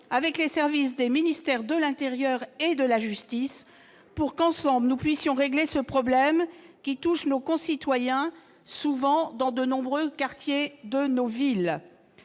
avec les services des ministères de l'intérieur et de la justice pour que, ensemble, nous puissions régler ce problème qui touche nos concitoyens dans de nombreux quartiers de nos villes.